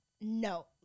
No